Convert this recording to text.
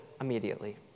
immediately